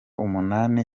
umunani